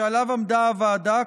שעליו עמדה הוועדה,